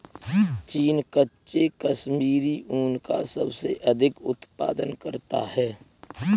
चीन कच्चे कश्मीरी ऊन का सबसे अधिक उत्पादन करता है